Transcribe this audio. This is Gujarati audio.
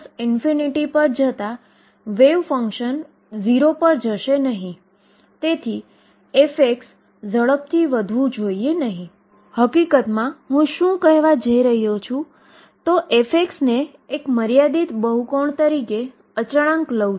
આ સ્થિતિમાં આપણે જે બોક્સ લઈશું જેમાં સંભવિત પોટેંશિયલ માટે તે બોક્સની બહારના ભાગમાં ઈન્ફાઈનાઈટ છે અને પોટેંશિયલ અંદર 0 છે